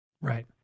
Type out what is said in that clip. Right